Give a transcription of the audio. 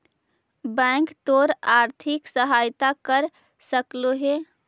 bank तोर आर्थिक सहायता कर सकलो हे